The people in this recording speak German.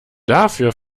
dafür